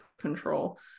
control